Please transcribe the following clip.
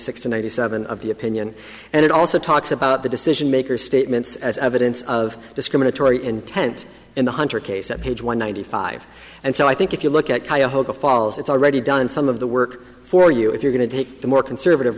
eighty seven of the opinion and it also talks about the decision makers statements as evidence of discriminatory intent in the hunter case at page one ninety five and so i think if you look at cuyahoga falls it's already done some of the work for you if you're going to take the more conservative